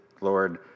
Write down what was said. Lord